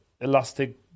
elastic